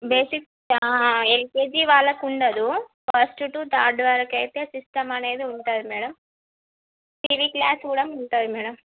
basics LKG వాళ్ళకి ఉండదు first to third వాళ్ళకి అయితే సిస్టం అనేది ఉంటుంది మేడం టీవీ క్లాస్ కూడా ఉంటుంది మేడం